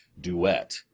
Duet